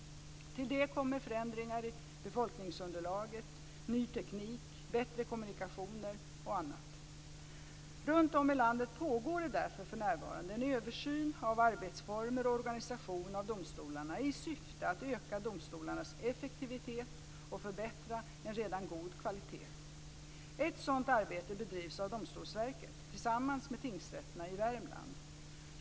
Till detta kommer förändringar i befolkningsunderlaget, ny teknik, bättre kommunikationer m.m. Runtom i landet pågår det därför för närvarande en översyn av arbetsformer och organisation av domstolarna i syfte att öka domstolarnas effektivitet och förbättra en redan god kvalitet. Ett sådant arbete bedrivs av Domstolsverket tillsammans med tingsrätterna i Värmland.